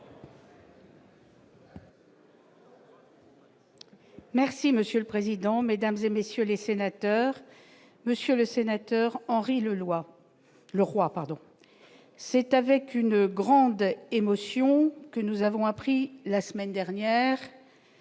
Merci monsieur le président, Mesdames et messieurs les sénateurs, monsieur le sénateur Henri le loi le roi, pardon, c'est avec une grande émotion que nous avons appris la semaine dernière